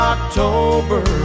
October